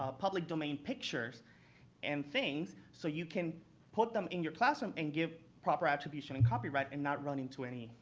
ah public domain pictures and things. so you can put them in your classroom and give proper attribution and copyright and not run into any,